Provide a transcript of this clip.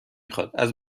خواد، از